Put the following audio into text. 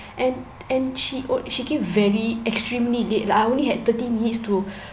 and and she on~ she came very extremely late like I only had thirty minutes to